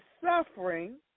suffering